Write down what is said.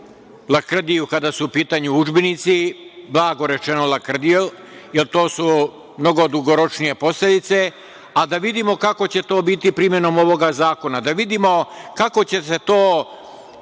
lakrdiju kada su u pitanju udžbenici, blago rečeno lakrdiju, jer to su mnogo dugoročnije posledice, ali da vidimo kako će to biti primenom ovoga zakona, da vidimo kako će se to